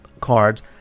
cards